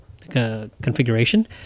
configuration